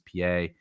PA